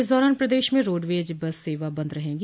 इस दौरान प्रदेश में रोडवेज बस सेवा बंद रहेंगी